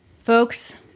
Folks